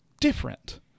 different